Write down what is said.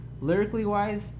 Lyrically-wise